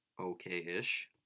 okay-ish